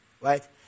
Right